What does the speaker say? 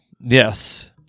yes